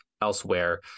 elsewhere